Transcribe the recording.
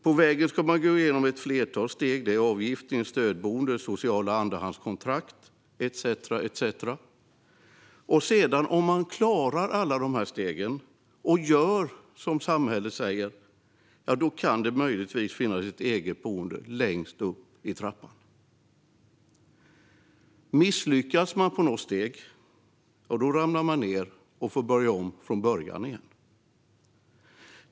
På vägen ska man gå igenom ett flertal steg: avgiftning, stödboende, socialt andrahandskontrakt etcetera. Om man sedan klarar alla stegen och gör som samhället säger kan det möjligtvis finnas ett eget boende längst upp på trappan. Misslyckas man på något steg ramlar man ned och får börja om från början igen.